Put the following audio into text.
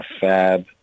Fab